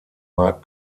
markt